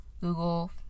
Google